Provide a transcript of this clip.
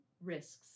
risks